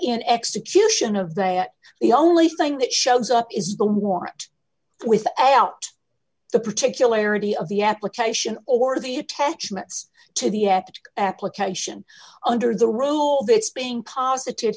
in execution of that the only thing that shows up is the war with out the particularity of the application or the attachments to the act application under the rule that's being positive